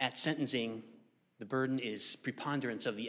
at sentencing the burden is preponderance of the